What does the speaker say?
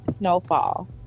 Snowfall